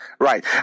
Right